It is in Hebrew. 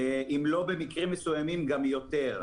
ובמקרים מסוימים גם יותר.